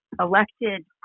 elected